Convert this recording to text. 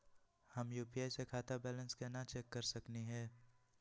हम यू.पी.आई स खाता बैलेंस कना चेक कर सकनी हे?